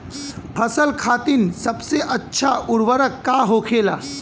फसल खातीन सबसे अच्छा उर्वरक का होखेला?